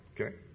okay